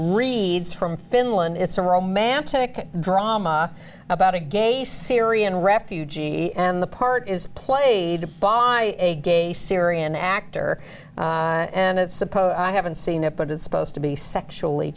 reeds from finland it's a romantic drama about a gay syrian refugee and the part is played by a gay syrian actor and it's suppose i haven't seen it but it's supposed to be sexually